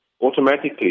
automatically